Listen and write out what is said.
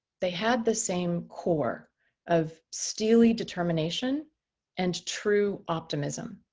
they had the same core of steely determination and true optimism.